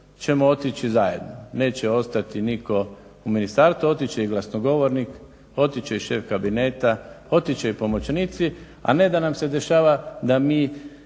ćemo otići zajedno, neće ostati nitko u ministarstvu. Otići će i glasnogovornik, otići će i šef kabineta, otići će i pomoćnici, a ne da nam se dešava da mi